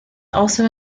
also